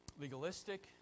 legalistic